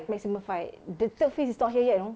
maximum five the third phase is not here yet you know